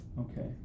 Okay